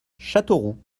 châteauroux